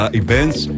events